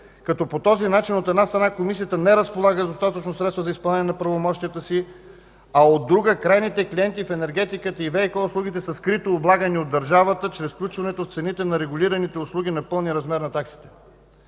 като по този начин, от една страна, Комисията не разполага с достатъчно средства за изпълняване на правомощията си, а от друга, крайните клиенти в енергетиката и ВиК услугите са скрито облагани от държавата чрез включването в цените на регулираните услуги на пълния размер на таксите.